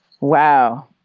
Wow